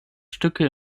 stücke